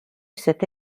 cette